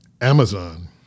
Amazon